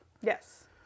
Yes